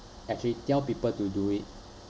actually tell people to do it